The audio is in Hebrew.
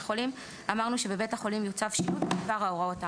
החולים אמרנו שבבית החולים יוצב שילוט בדבר ההוראות האמורות.